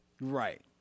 Right